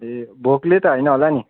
ए भोकले त होइन होला नि